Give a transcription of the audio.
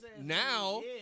now